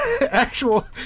actual